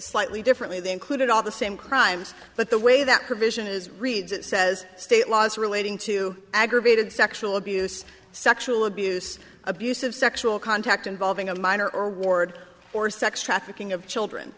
slightly differently they included all the same crimes but the way that provision is reads it says state laws relating to aggravated sexual abuse sexual abuse abusive sexual contact involving a minor or ward or sex trafficking of children